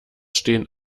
stehen